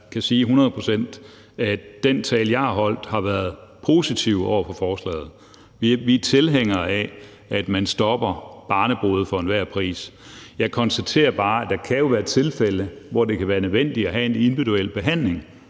kan sige, at den tale, jeg har holdt, har været positiv over for forslaget. Vi er tilhængere af, at man stopper barnebrude for enhver pris. Jeg konstaterer bare, at der jo kan være tilfælde, hvor det kan være nødvendigt at have en individuel behandling,